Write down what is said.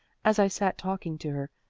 as i sat talking to her,